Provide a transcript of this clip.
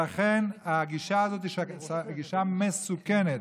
לכן הגישה הזאת היא גישה מסוכנת,